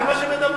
זה מה שמדברים,